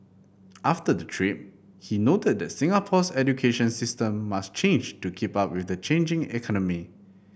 after the trip he noted that Singapore's education system must change to keep up with the changing economy